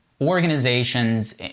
organizations